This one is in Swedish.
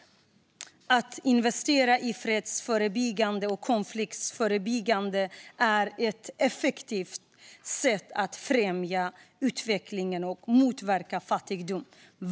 Längre fram i artikeln står följande: "Att investera i fredsbyggande och konfliktförebyggande är ett effektivt sätt att främja utveckling och motverka fattigdom.